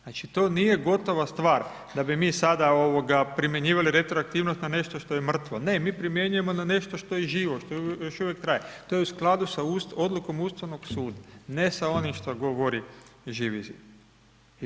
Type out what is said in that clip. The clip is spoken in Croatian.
Znači, to nije gotova stvar da bi mi sada primjenjivali retroaktivnost na nešto što je mrtvo, ne, mi primjenjujemo na nešto što je živo, šta još uvije traje, to je u skladu sa odlukom Ustavnog suda, ne sa onim šta govori Živi Zid.